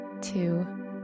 two